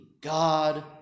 God